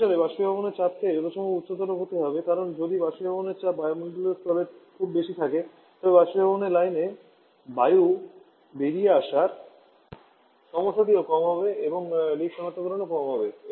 এই অনুসারে বাষ্পীভবনের চাপকে যথাসম্ভব উচ্চতর হতে হবে কারণ যদি বাষ্পীভবনের চাপ বায়ুমণ্ডলীয় স্তরের খুব বেশি থাকে তবে বাষ্পীভবনের লাইনে বায়ু বেরিয়ে আসার সমস্যাটিও কম হবে এবং লিক সনাক্তকরণও কম হবে